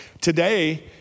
Today